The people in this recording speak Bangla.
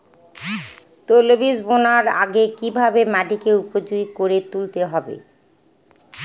তৈলবীজ বোনার আগে কিভাবে মাটিকে উপযোগী করে তুলতে হবে?